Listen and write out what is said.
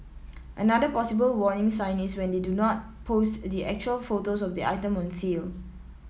another possible warning sign is when they do not post the actual photos of the item on sale